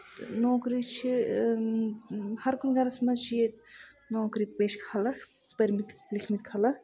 نوکری چھِ ہَر کُنہِ گرَس منٛز چھِ ییٚتہِ نوکری پیشہٕ خَلک پٔرمٕتۍ لٮ۪کھمٕتۍ خَلک